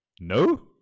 No